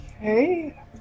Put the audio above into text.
okay